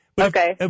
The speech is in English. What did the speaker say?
Okay